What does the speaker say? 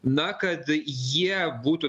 na kad jie būtų